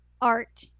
Art